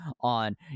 on